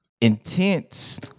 intense